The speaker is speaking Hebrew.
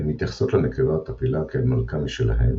הן מתייחסות לנקבה הטפילה כאל מלכה משלהן,